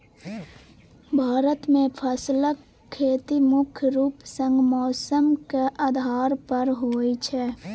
भारत मे फसलक खेती मुख्य रूप सँ मौसमक आधार पर होइ छै